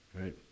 right